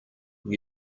when